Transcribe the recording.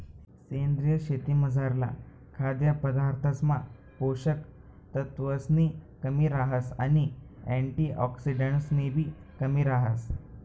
सेंद्रीय शेतीमझारला खाद्यपदार्थसमा पोषक तत्वसनी कमी रहास आणि अँटिऑक्सिडंट्सनीबी कमी रहास